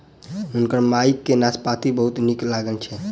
हुनकर माई के नाशपाती बहुत नीक लगैत छैन